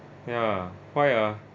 ya why ah